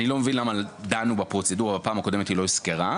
אני לא מבין למה דנו בפרוצדורה בפעם הקודמת היא לא הוזכרה.